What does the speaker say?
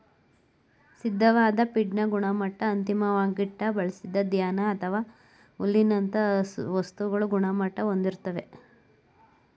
ಸಿದ್ಧವಾದ್ ಫೀಡ್ನ ಗುಣಮಟ್ಟ ಅಂತಿಮ್ವಾಗಿ ಬಳ್ಸಿದ ಧಾನ್ಯ ಅಥವಾ ಹುಲ್ಲಿನಂತ ವಸ್ತುಗಳ ಗುಣಮಟ್ಟ ಹೊಂದಿರ್ತದೆ